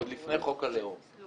עוד לפני חוק הלאום.